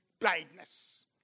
blindness